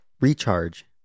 recharge